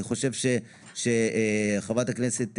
אני חושב שחברת הכנסת,